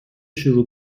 شروع